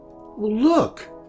look